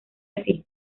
así